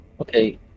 Okay